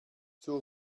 zur